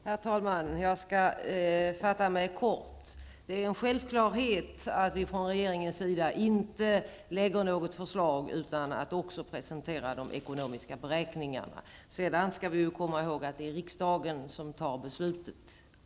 Herr talman! Jag skall fatta mig kort. Det är en självklarhet att vi från regeringens sida inte lägger fram något förslag utan att också presentera de ekonomiska beräkningarna. Sedan skall vi komma ihåg att det är riksdagen som fattar beslutet.